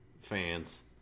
fans